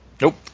Nope